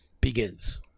begins